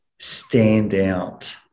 standout